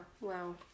wow